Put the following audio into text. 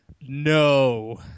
no